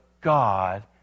God